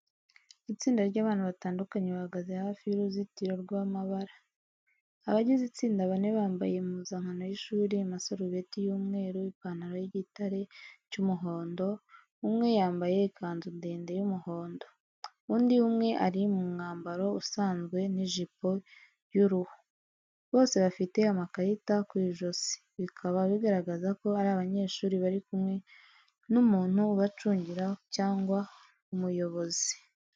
Itsinda ry’abantu batandatu bahagaze hafi y’uruzitiro rw’amabara . Abagize itsinda bane bambaye impuzankano y’ishuri amasarubeti y’umweru n’ipantalo y’igitare cy’umuhondo, umwe yambaye ikanzu ndende y’umuhondo, undi umwe ari mu mwambaro usanzwe n’ijipo y’uruhu. Bose bafite amakarita ku ijosi, bikaba bigaragaza ko ari abanyeshuri bari kumwe n’umuntu ubacungira cyangwa umuyobozi.